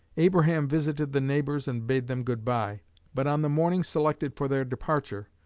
abraham visited the neighbors and bade them goodbye but on the morning selected for their departure,